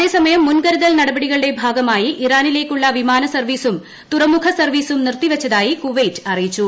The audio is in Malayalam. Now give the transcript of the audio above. അതേസമയം മുൻകരുതൽ നടപടികളുടെ ഭാഗമായി ഇറാനിലേക്കുള്ള വിമാനസർവ്വീസും തുറമുഖ സർവ്വീസും നിർത്തിവെച്ചതായി കുവൈറ്റ് അറിയിച്ചു